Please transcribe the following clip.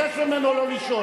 אני אבקש ממנו לא לשאול,